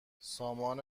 سامان